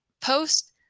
post